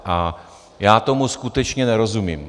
A já tomu skutečně nerozumím.